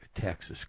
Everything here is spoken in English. Texas